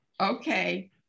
Okay